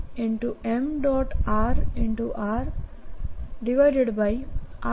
r rr5 ના બરાબર મળશે